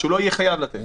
שהוא לא יהיה חייב לתת?